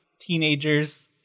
teenagers